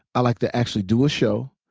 i like to actually do a show,